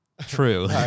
true